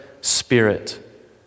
spirit